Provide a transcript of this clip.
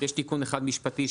יש תיקון אחד משפטי,